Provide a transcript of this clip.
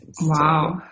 Wow